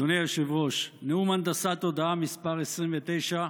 אדוני היושב-ראש, נאום הנדסת תודעה מס' 29,